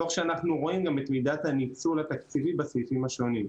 תוך שאנחנו רואים גם את מידת הניצול התקציבי בסעיפים השונים.